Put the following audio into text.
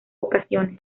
ocasiones